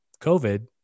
COVID